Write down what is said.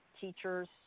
teachers